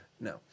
No